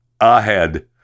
ahead